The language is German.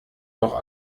doch